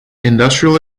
industrial